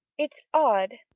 it's odd,